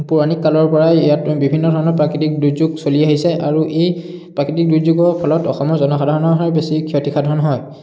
পৌৰাণিক কালৰ পৰাই ইয়াত বিভিন্ন ধৰণৰ প্ৰাকৃতিক দুৰ্যোগ চলি আহিছে আৰু এই প্ৰাকৃতিক দুৰ্যোগৰ ফলত অসমৰ জনসাধাৰণৰহে বেছি ক্ষতিসাধন হয়